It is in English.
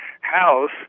house